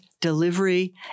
delivery